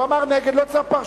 הוא אמר נגד, לא צריך פרשנות.